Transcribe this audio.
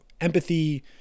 empathy